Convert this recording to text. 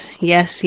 yes